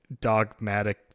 dogmatic